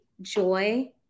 joy